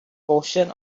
portion